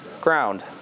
ground